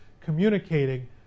communicating